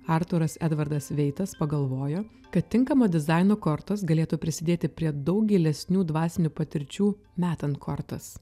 artūras edvardas veitas pagalvojo kad tinkamo dizaino kortos galėtų prisidėti prie daug gilesnių dvasinių patirčių metant kortas